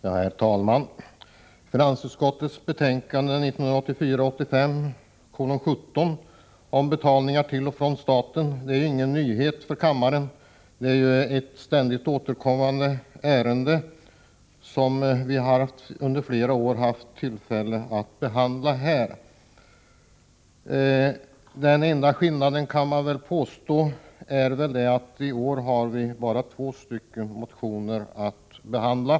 Herr talman! Finansutskottets betänkande 1984/85:17 om betalningar till och från staten är ingen nyhet för kammaren. Det är ett ständigt återkommande ärende, som vi under flera år haft tillfälle att behandla här. Den enda skillnaden i år är väl att vi bara har haft två motioner att behandla.